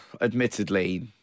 Admittedly